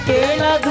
Kela